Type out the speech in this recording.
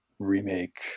remake